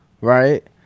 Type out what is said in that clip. right